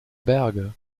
berge